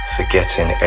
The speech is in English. Forgetting